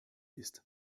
ist